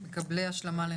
מקבלי השלמה.